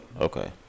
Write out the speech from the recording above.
okay